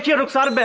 yeah ruksaar's